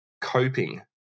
Coping